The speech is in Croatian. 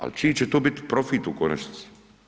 Ali čiji će to biti profit u konačnici?